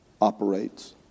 operates